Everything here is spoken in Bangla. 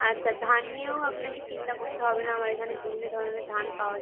আচ্ছা ধান নিয়েও আপনাকে চিন্তা করতে হবে না আমার এখানে বিভিন্ন ধরনের ধান পাওয়া যায়